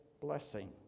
blessing